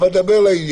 אתה צריך לדבר לעניין.